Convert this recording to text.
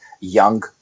Young